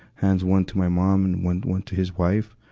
hands one to my mom and one, one to his wife,